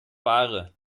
ware